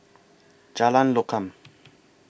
Jalan Lokam